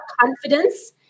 confidence